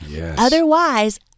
Otherwise